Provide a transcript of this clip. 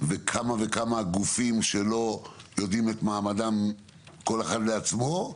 וכמה וכמה גופים שלא יודעים את מעמדם כל אחד לעצמו,